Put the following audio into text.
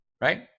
right